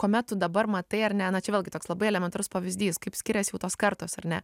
kuomet tu dabar matai ar ne čia vėlgi toks labai elementarus pavyzdys kaip skiriasi tos kartos ar ne